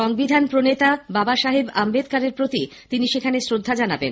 সংবিধান প্রণেতা বাবা সাহেব আহ্মেদকরের প্রতি তিনি সেখানে শ্রদ্ধা জানাবেন